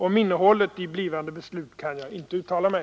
Om innehållet i blivande beslut kan jag inte uttala mig.